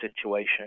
situation